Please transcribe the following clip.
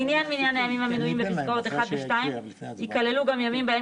לעניין מניין הימים המנויים בפסקאות (1) ו-(2) ייכללו גם ימים בהם